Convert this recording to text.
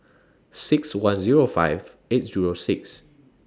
six one Zero five eight Zero six